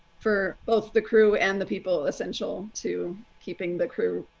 for both the crew and the people essential to keeping the crew